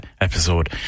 episode